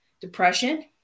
depression